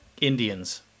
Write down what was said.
Indians –